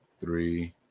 three